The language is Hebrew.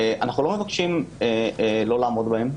אנו לא מבקשים לא לעמוד בהם.